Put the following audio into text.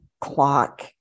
clock